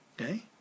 Okay